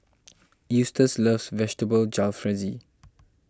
Eustace loves Vegetable Jalfrezi